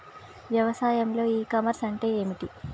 వ్యవసాయంలో e commerce అంటే ఏమిటి?